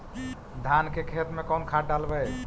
धान के खेत में कौन खाद डालबै?